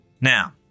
Now